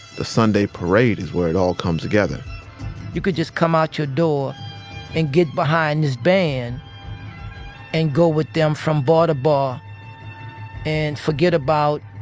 the sunday parade is where it all comes together you could just come out your door and get behind this band and go with them from bar to bar and forget about